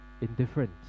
indifferent